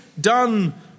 done